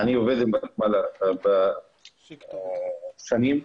אני עובד עם ותמ"ל במשך שנים.